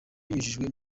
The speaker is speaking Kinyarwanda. binyujijwe